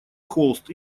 холст